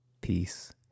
peace